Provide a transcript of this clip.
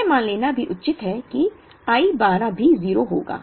यह मान लेना भी उचित है कि I 12 भी 0 होगा